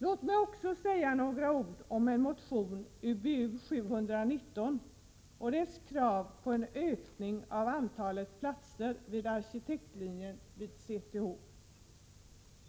Låt mig också säga några ord om motion Ub719 och dess krav på en ökning av antalet platser vid arkitektlinjen på CTH.